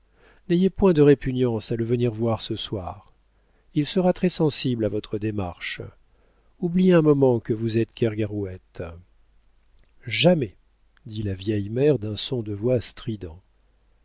n'ayez point de répugnance à le venir voir ce soir il sera très sensible à votre démarche oubliez un moment que vous êtes kergarouët jamais dit la vieille mère d'un son de voix strident